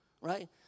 right